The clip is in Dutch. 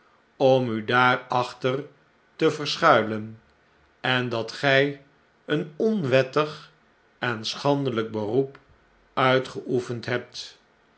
om u daarachter te verschuilen en dat gy een onwettig en schandelyk beroep uitgeoefend hebt